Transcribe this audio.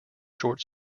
short